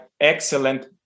excellent